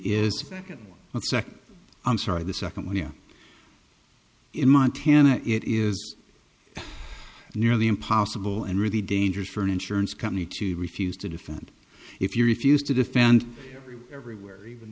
one second i'm sorry the second one you in montana it is nearly impossible and really dangerous for an insurance company to refuse to defend if you refused to defend everyone eve